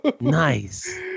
nice